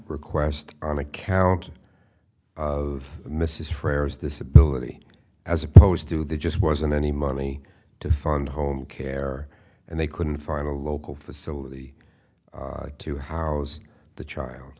request on account of mrs freres disability as opposed to the just wasn't any money to fund home care and they couldn't find a local facility to house the child